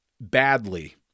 badly